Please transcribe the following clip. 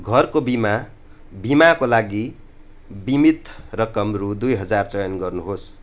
घरको बिमा बिमाको लागि बिमित रकम रु दुई हजार चयन गर्नुहोस्